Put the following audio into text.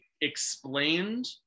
explained